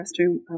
restroom